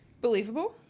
Believable